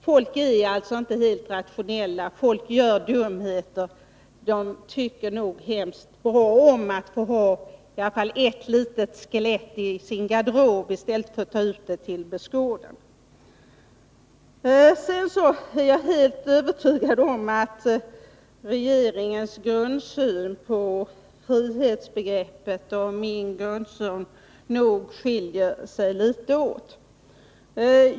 Folk är ju inte helt rationella, utan gör dumheter då och då. Därför tycker de nog att det skall vara tillåtet att få ha ett litet skelett i sin garderob i stället för att behöva ta ut det till allmänt beskådande. Sedan vill jag säga att jag är helt övertygad om att regeringens och min grundsyn gällande frihetsbegreppet skiljer sig åt.